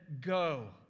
go